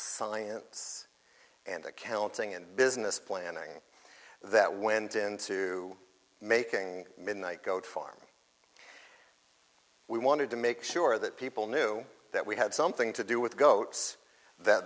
science and accounting and business planning that went into making midnight goat farm we wanted to make sure that people knew that we had something to do with goats that